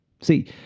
see